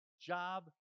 job